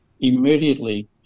immediately